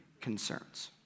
concerns